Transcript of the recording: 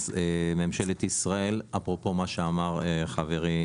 ממשלת ישראל אפרופו מה שאמר חברי,